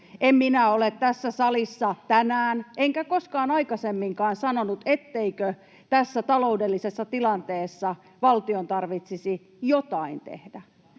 En minä ole tässä salissa tänään enkä koskaan aikaisemminkaan sanonut, etteikö tässä taloudellisessa tilanteessa valtion tarvitsisi jotain tehdä.